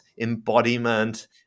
embodiment